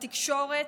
בתקשורת,